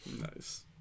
nice